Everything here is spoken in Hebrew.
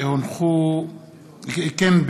כמו כן,